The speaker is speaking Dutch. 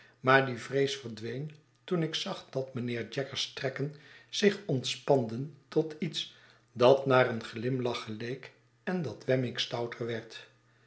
maar die vrees verdween toen ik zag dat mijnheer jaggers trekken zich ontspanden tot iets dat naar een glimlach geleek en dat wemmick stouter